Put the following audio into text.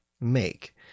make